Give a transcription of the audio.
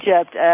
Egypt